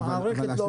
המערכת לא עובדת.